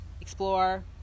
explore